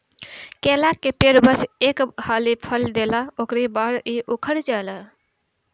केला के पेड़ बस एक हाली फल देला उकरी बाद इ उकठ जाला